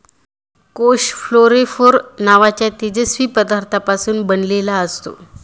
कोष फ्लोरोफोर नावाच्या तेजस्वी पदार्थापासून बनलेला असतो